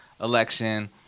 election